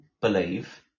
believe